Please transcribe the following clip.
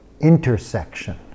intersection